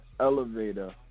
elevator